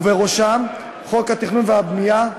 ובראשם חוק התכנון והבנייה,